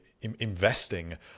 investing